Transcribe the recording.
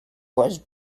was